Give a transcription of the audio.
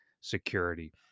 security